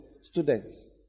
students